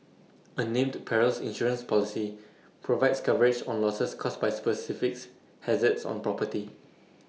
A named Perils Insurance Policy provides coverage on losses caused by specifics hazards on property